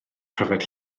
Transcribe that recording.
pryfed